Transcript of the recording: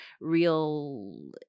real